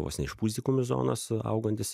vos ne iš pusdykumių zonos augantis